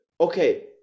okay